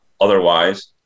otherwise